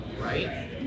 Right